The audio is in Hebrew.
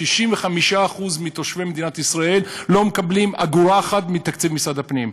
65% מתושבי מדינת ישראל לא מקבלים אגורה אחת מתקציב משרד הפנים.